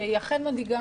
שהיא אכן מדאיגה.